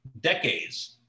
decades